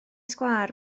sgwâr